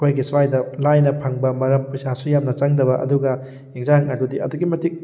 ꯑꯩꯈꯣꯏꯒꯤ ꯁ꯭ꯋꯥꯏꯗ ꯂꯥꯏꯅ ꯐꯪꯕ ꯃꯔꯝ ꯄꯩꯁꯥꯁꯨ ꯌꯥꯝꯅ ꯆꯪꯗꯕ ꯑꯗꯨꯒ ꯏꯟꯖꯥꯡ ꯑꯗꯨꯗꯤ ꯑꯗꯨꯛꯀꯤ ꯃꯇꯤꯛ